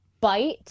Bite